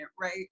right